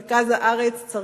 מרכז הארץ,